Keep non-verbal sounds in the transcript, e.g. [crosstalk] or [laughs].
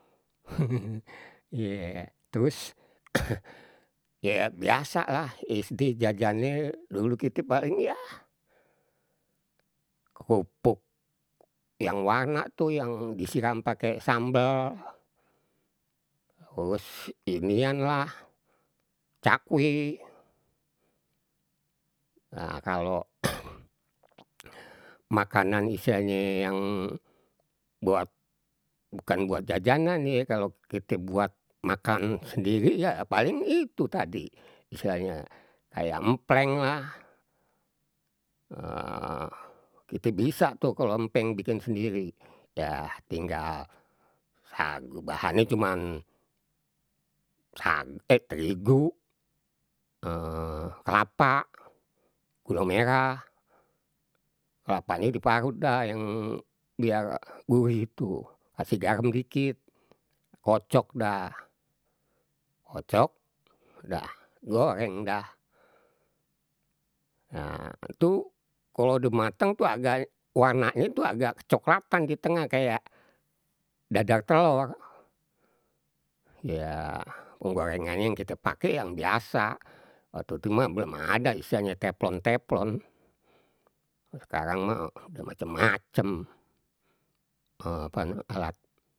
[laughs] ye terus [noise] ya biasa lah SD jajannye dulu kita paling yah krupuk, yang warna itu yang disiram pakai sambal, terus inian lah, cakwe. Nah, kalau [noise] makanan istilahnye yang buat bukan buat jajanan ye, kalo kite buat makan sendiri, ya paling itu tadi. Misalnye kayak empleng lah, [hesitation] kite bisa tuh kalau empeng bikin sendiri, ya tinggal sagu bahannye cuman sagu eh terigu, [hesitation] kelapa, gulung merah, kelapanye diparut dah yang biar gurih itu, kasih garem dikit, kocok dah. kocok dah, goreng dah. Nah, itu kalau udah matang tuh agak warnanye tuh agak kecoklatan di tengah, kayak dadar telor. Ya, penggorengannye yang kita pakai yang biasa, waktu itu mah belum ada istilahnye teplon teplon. Sekarang mah udah macam macam [hesitation] alat.